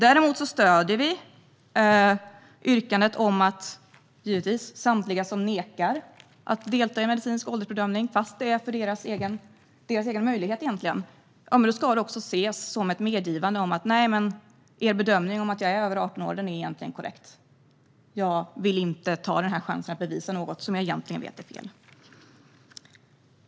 Däremot stöder vi yrkandet om att om man nekar till att delta i medicinsk åldersbedömning, trots att det egentligen är för personens eget bästa, ska det ses som ett medgivande att bedömningen att man är över 18 år egentligen är korrekt och att man inte vill ta chansen att bevisa att den är fel.